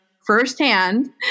firsthand